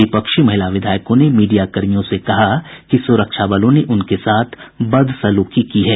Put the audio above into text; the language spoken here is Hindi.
विपक्षी महिला विधायकों ने मीडिया कर्मियों से कहा कि सुरक्षा बलों ने उनके साथ बदसलूकी की है